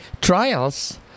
trials